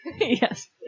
Yes